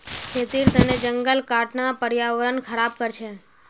खेतीर तने जंगल काटना पर्यावरण ख़राब कर छे